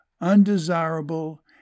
undesirable